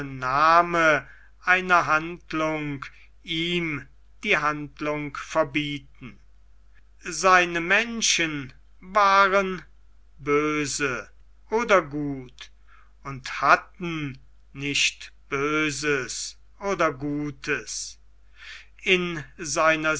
name einer handlung ihm die handlung verbieten seine menschen waren böse oder gut und hatten nicht böses oder gutes in seiner